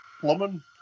plumbing